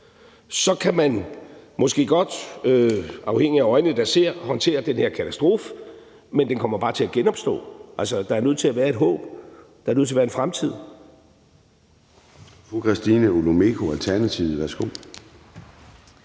kan man måske godt, afhængigt af øjnene, der ser, håndtere den her katastrofe, men den kommer bare til at genopstå. Altså, der er nødt til at være et håb, og der er nødt til at være en fremtid.